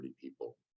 people